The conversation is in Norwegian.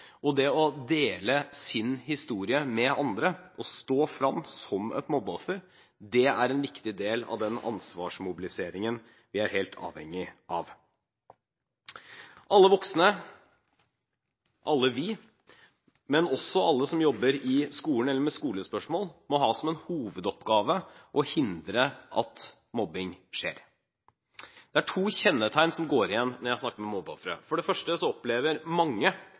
Det å dele sin historie med andre og stå frem som et mobbeoffer er en viktig del av den ansvarsmobiliseringen vi er helt avhengig av. Alle voksne, alle vi, men også alle som jobber i skolen eller med skolespørsmål, må ha som en hovedoppgave å hindre at mobbing skjer. Det er to kjennetegn som går igjen når jeg snakker med mobbeofre. For det første så opplever mange,